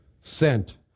sent